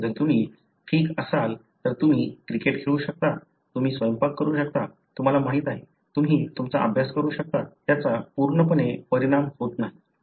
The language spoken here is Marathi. जर तुम्ही ठीक असाल तर तुम्ही क्रिकेट खेळू शकता तुम्ही स्वयंपाक करू शकता तुम्हाला माहीत आहे तुम्ही तुमचा अभ्यास करू शकता त्याचा पूर्णपणे परिणाम होत नाही